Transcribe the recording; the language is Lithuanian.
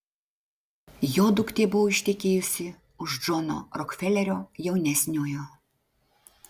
jo duktė buvo ištekėjusi už džono rokfelerio jaunesniojo